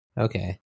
okay